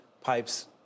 pipes